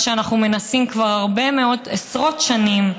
מה שאנחנו מנסים כבר הרבה מאוד עשרות שנים,